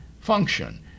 function